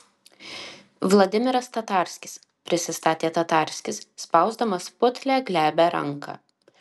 vladimiras tatarskis prisistatė tatarskis spausdamas putlią glebią ranką